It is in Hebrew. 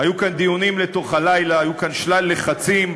היו כאן דיונים לתוך הלילה, היו כאן שלל לחצים,